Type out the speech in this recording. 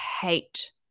hate